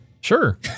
Sure